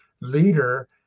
leader